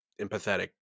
empathetic